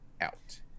out